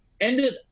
ended